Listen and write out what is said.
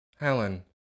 Helen